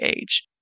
age